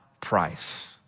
price